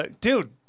Dude